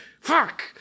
Fuck